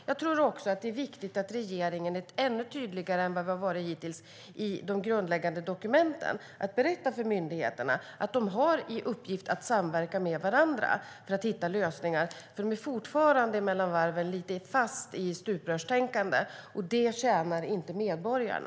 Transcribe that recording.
Jag tror också att det är viktigt att regeringen är ännu tydligare än hittills i de grundläggande dokumenten när det gäller att berätta för myndigheterna att de har i uppgift att samverka med varandra för att hitta lösningar, för de är fortfarande ibland fast i stuprörstänkande, och det tjänar inte medborgarna.